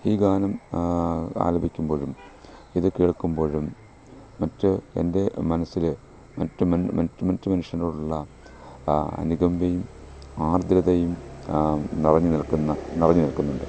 ഈ ഗാനം ആലപിക്കുമ്പോഴും ഇത് കേൾക്കുമ്പോഴും മറ്റ് എൻ്റെ മനസ്സിൽ മറ്റ് മ മറ്റ് മനുഷ്യരോടുള്ള അനുകമ്പയും ആർദ്രതയും നിറഞ്ഞ് നിൽക്കുന്ന നിറഞ്ഞ് നിൽക്കുന്നുണ്ട്